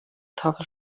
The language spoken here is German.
tafel